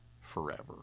forever